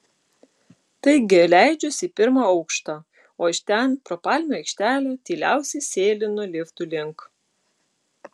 taigi leidžiuosi į pirmą aukštą o iš ten pro palmių aikštelę tyliausiai sėlinu liftų link